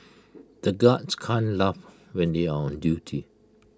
the guards can't laugh when they are on duty